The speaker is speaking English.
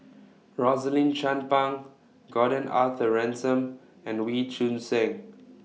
Rosaline Chan Pang Gordon Arthur Ransome and Wee Choon Seng